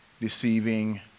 deceiving